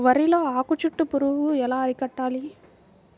వరిలో ఆకు చుట్టూ పురుగు ఎలా అరికట్టాలి?